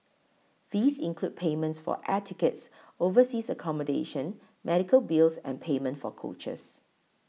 these include payments for air tickets overseas accommodation medical bills and payment for coaches